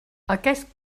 aquest